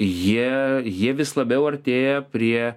jie jie vis labiau artėja prie